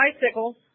bicycles